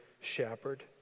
shepherd